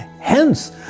Hence